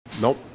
Nope